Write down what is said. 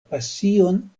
pasion